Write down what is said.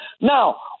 Now